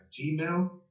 Gmail